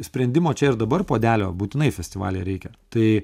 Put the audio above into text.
sprendimo čia ir dabar puodelio būtinai festivalyje reikia tai